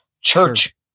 Church